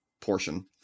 portion